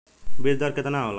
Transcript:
बीज दर केतना होला?